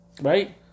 Right